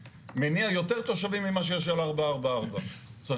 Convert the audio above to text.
שמניע יותר תושבים ממה שיש על 444. זאת אומרת,